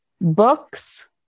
books